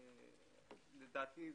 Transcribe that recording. לדעתי,